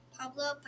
Pablo